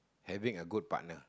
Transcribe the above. having a good partner